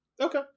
Okay